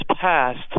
passed